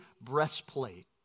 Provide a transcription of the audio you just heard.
breastplate